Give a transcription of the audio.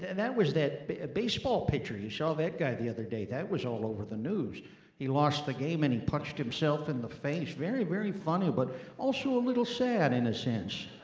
and that was that baseball pitcher. you saw that guy the other day that was all over the news he lost the game and he punched himself in the face very very funny but also a little sad in a sense.